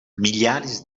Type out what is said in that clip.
milhares